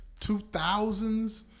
2000s